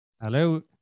hello